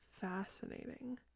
fascinating